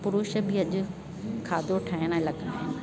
पुरूष बि अॼु खाधो ठाहिण लॻा